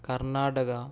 Karnataka